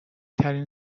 ترین